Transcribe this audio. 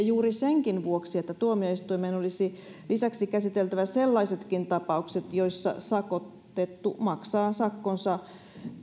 juuri senkin vuoksi että tuomioistuimen olisi lisäksi käsiteltävä sellaisetkin tapaukset joissa sakotettu maksaa sakkonsa